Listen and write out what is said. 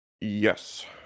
Yes